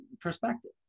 perspective